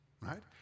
right